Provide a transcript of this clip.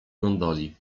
gondoli